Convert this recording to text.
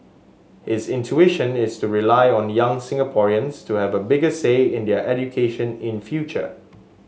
his intuition is to rely on young Singaporeans to have a bigger say in their education in future